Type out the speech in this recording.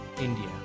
India